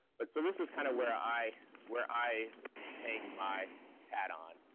but so this is kind of where i where i hang my hat on,